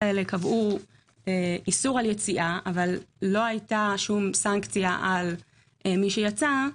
התקנות האלה קבעו איסור על יציאה אבל לא היתה שום סנקציה על מי שיצא.